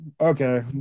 okay